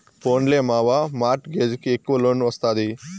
పోన్లే మావా, mortgage కి ఎక్కవ లోన్ ఒస్తాది